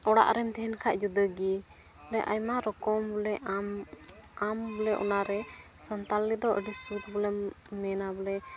ᱚᱲᱟᱜ ᱮᱢ ᱛᱟᱦᱮᱱ ᱠᱷᱟᱡ ᱡᱩᱫᱟᱹ ᱜᱮ ᱚᱸᱰᱮ ᱟᱭᱢᱟ ᱨᱚᱠᱚᱢ ᱵᱚᱞᱮ ᱟᱢ ᱟᱢ ᱞᱮ ᱚᱱᱟᱨᱮ ᱥᱟᱱᱛᱟᱲᱤ ᱟᱹᱰᱤ ᱥᱩᱫᱷ ᱵᱚᱞᱮᱢ ᱢᱮᱱᱟᱢ ᱵᱚᱞᱮ